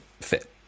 fit